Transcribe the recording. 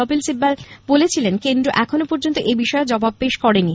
কপিল সিব্বাল বলেছিলেন কেন্দ্র এখনও পর্যন্ত এবিষয়ে জবাব পেশ করেনি